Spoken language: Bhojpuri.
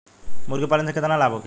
मुर्गीपालन से केतना लाभ होखे?